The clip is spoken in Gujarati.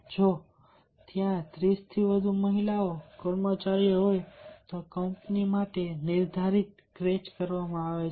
જો ત્યાં 30 થી વધુ મહિલા કર્મચારીઓ હોય તો કંપની માટે નિર્ધારિત ક્રેચ કરવામાં આવે છે